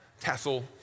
Tassel